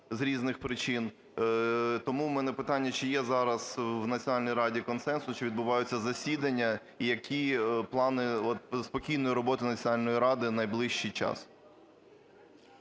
з різних причин. Тому в мене питання, чи є зараз в Національній раді консенсус? Чи відбуваються засідання? І які плани от спокійної роботи Національної ради найближчий час?